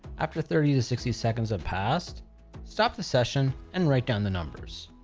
after thirty to sixty seconds have passed stop the session and write down the numbers.